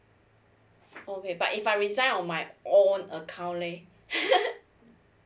okay but if I resign on my own account leh